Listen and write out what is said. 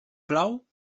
plou